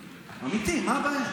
אמיתי, מה הבעיה?